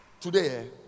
Today